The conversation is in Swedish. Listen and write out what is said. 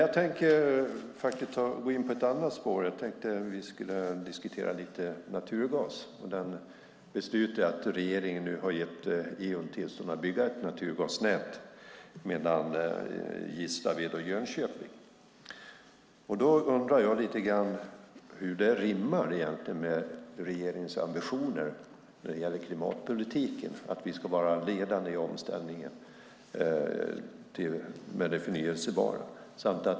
Jag ska gå in på ett annat spår och diskutera naturgas och regeringens beslut att ge Eon tillstånd att bygga ett naturgasnät mellan Gislaved och Jönköping. Hur rimmar det med regeringens ambition när det gäller klimatpolitiken, att vi ska vara ledande i omställningen till förnybart?